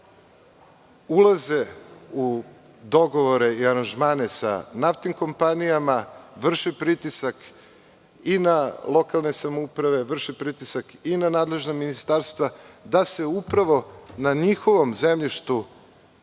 ulaze u dogovore i aranžmane sa naftnim kompanijama, vrše pritisak i na lokalne samouprave i na nadležna ministarstva da se upravo na njihovom sedištu